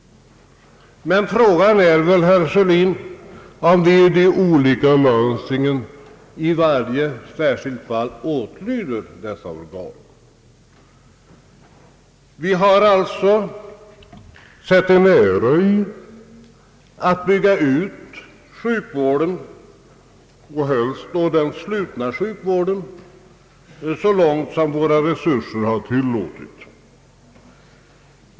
Men frågan är väl, herr Sörlin, om vi i de olika landstingen i varje särskilt fall åtlyder dessa organ. Vi har satt en ära i att bygga ut sjukvården, framför allt den slutna, så långt som våra resurser tillåtit.